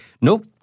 nope